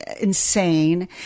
insane